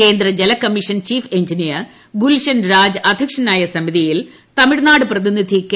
കേന്ദ്ര ജലകമ്മീഷൻ chief engineer Gulshanraj അദ്ധ്യക്ഷനായ സമിതിയിൽ തമിഴ്നാട് പ്രതിനിധി കെ